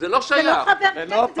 זה לא חבר כנסת,